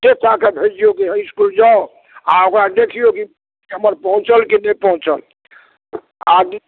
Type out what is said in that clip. ठेलठालि कऽ भेजियौ जे इसकुल जाउ आ ओकरा देखियौ कि एमहर पहुँचल कि नहि पहुँचल आगू